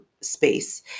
space